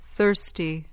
Thirsty